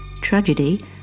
tragedy